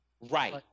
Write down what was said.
Right